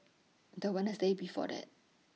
The Wednesday before that